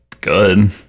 good